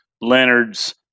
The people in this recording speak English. Leonard's